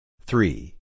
Three